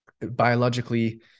biologically